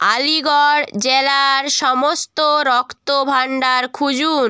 আলিগড় জেলার সমস্ত রক্তভাণ্ডার খুঁজুন